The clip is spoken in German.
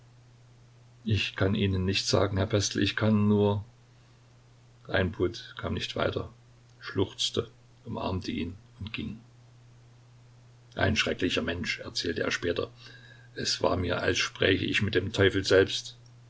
ich kann ihnen nichts sagen herr pestel ich kann nur reinbot kam nicht weiter schluchzte umarmte ihn und ging ein schrecklicher mensch erzählte er später es war mir als spräche ich mit dem teufel selbst